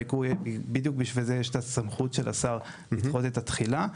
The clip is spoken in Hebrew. יקרו בדיוק בשביל זה יש את הסמכות של השר לדחות את התחילה.